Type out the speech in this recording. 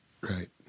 right